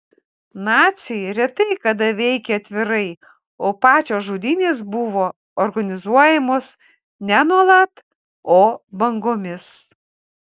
naciai retai kada veikė atvirai o pačios žudynės buvo organizuojamos ne nuolat o bangomis